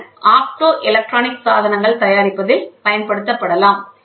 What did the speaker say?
இது opto electronic சாதனங்கள் தயாரிப்பதில் பயன்படுத்தப்படலாம்